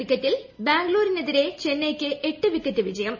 ക്രിക്കറ്റിൽ ബാംഗ്ലൂരിനെതിരെ ചെന്നൈയ്ക്ക് എട്ട് വിക്കറ്റ് വിജയം